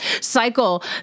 cycle